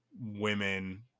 women